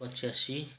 पच्यासी